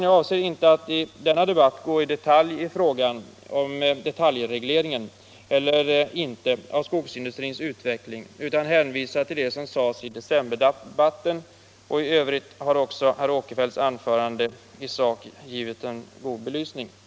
Jag avser inte att i denna debatt gå in i detalj på frågan om detaljreglering eller inte av skogsindustrins utveckling, utan jag hänvisar till det som sades i decemberdebatten. I övrigt har herr Åkerfeldts anförande i sak givit en god belysning av frågan.